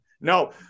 No